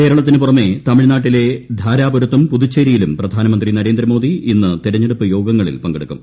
കേരളത്തിന് പുറമെ തമിഴ്ക്കാട്ടൂട്ടൂട്ടിലെ ധാരാപുരത്തും പുതുച്ചേരിയിലും പ്രധാനമന്ത്രി നരേന്ദ്രമോട്ടി ഇന്ന് തെരഞ്ഞെടുപ്പ് യോഗങ്ങളിൽ പങ്കെടുക്കും